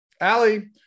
Allie